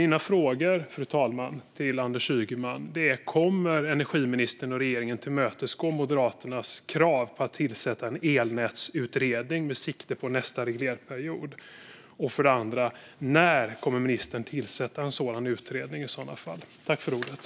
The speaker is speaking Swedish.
Mina frågor, fru talman, till Anders Ygeman är för det första: Kommer energiministern och regeringen att tillmötesgå Moderaternas krav på att tillsätta en elnätsutredning med sikte på nästa regleringsperiod? För det andra: När kommer ministern i så fall att tillsätta en sådan utredning?